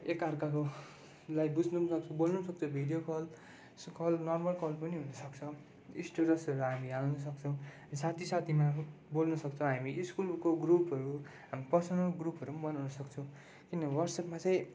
एकअर्काकोलाई बुझ्नुसक्छ बोल्नुसक्छ video call call normal call पनि हुनुसक्छ स्टेटसहरू हामी हाल्नु सक्छौँ साथी साथीमा अब बोल्नुसक्छौँ हामी स्कुलको ग्रुपहरू हामी पर्सनल ग्रुपहरू बनाउन सक्छौँ किनभने वाट्सएपमा चाहिँ